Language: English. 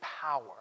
power